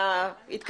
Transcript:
מההתקדמות בשטח.